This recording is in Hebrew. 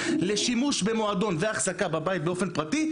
לשימוש במועדון והחזקה בבית באופן פרטי,